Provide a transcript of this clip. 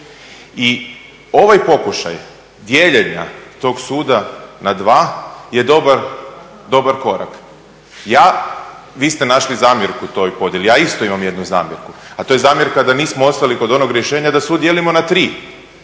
I ovaj pokušaj dijeljenja tog suda na dva je dobar korak. Vi ste našli zamjerku toj podjeli. Ja isto imam jednu zamjerku, a to je zamjerka da nismo ostali kod onog rješenja da sud dijelimo na tri